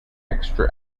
extra